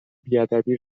بیادبی